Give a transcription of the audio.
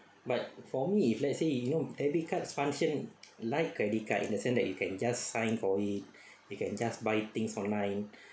but for me if let's say you know debit card function like credit card in the sense that you can just sign probably you can just buy things online